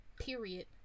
Period